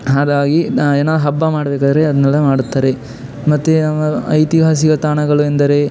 ಹಾಗಾಗಿ ನಾನು ಏನೋ ಹಬ್ಬ ಮಾಡಬೇಕಾದ್ರೆ ಅದನ್ನೆಲ್ಲ ಮಾಡುತ್ತಾರೆ ಮತ್ತೆ ನಮ್ಮ ಐತಿಹಾಸಿಕ ತಾಣಗಳು ಎಂದರೆ